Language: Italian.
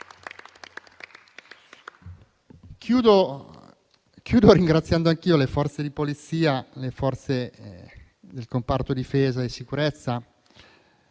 Concludo ringraziando anch'io le Forze di polizia e le forze del comparto difesa e sicurezza